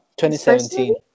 2017